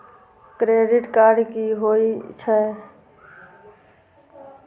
Credit card की होई छै?